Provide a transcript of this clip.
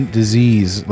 disease